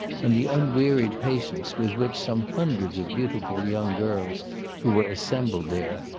and the unwearied patience with which some hundreds of beautiful young girls who were assembled there,